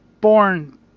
born